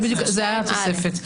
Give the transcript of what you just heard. זו הייתה התוספת.